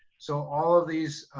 so all of these